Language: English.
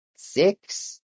Six